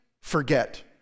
forget